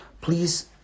please